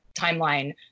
timeline